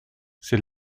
c’est